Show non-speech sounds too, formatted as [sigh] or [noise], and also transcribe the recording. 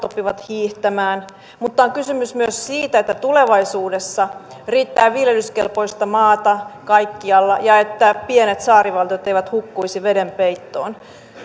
[unintelligible] oppivat hiihtämään mutta on kysymys myös siitä että tulevaisuudessa riittää viljelyskelpoista maata kaikkialla ja että pienet saarivaltiot eivät hukkuisi veden peittoon